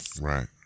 Right